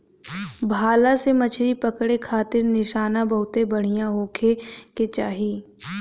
भाला से मछरी पकड़े खारित निशाना बहुते बढ़िया होखे के चाही